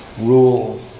rule